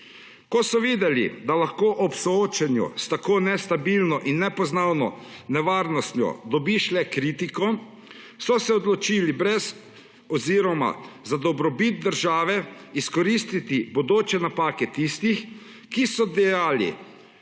Ko so videli, da lahko ob soočenju s tako nestabilno in nepoznano nevarnostjo dobiš le kritiko, so se odločili za dobrobit države izkoristiti bodoče napake tistih, ki so dajali